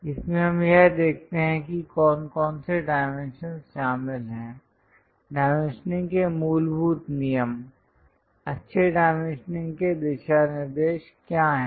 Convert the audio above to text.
इसमें हम यह देखते हैं कि कौन कौन से डाइमेंशंस शामिल हैं डाइमेंशनिंग के मूलभूत नियम अच्छे डाइमेंशनिंग के दिशानिर्देश क्या हैं